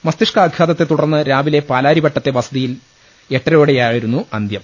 മസ്തി ഷ്കാഘാതത്തെ തുടർന്ന് രാവിലെ പാലാരിവട്ടത്തെ വസതിയിൽ രാവിലെ എട്ടരയോടെ യായിരുന്നുഅന്ത്യം